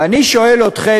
ואני שואל אתכם,